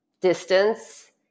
distance